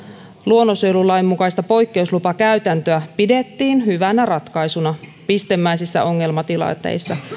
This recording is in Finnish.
luonnonsuojelulain mukaista poikkeuslupakäytäntöä pidettiin hyvänä ratkaisuna pistemäisissä ongelmatilanteissa